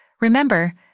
Remember